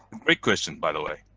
great question by the way.